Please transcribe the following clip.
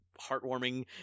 heartwarming